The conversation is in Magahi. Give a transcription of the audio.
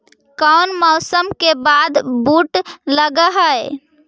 कोन मौसम के बाद बुट लग है?